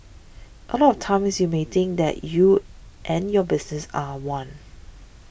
a lot of times you may think that you and your business are one